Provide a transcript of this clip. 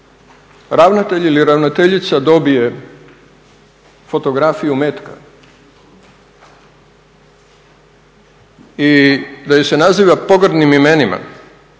ravnatelj ili ravnateljica dobije fotografiju metka i da je se naziva pogrdnim imenima